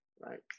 right